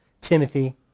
Timothy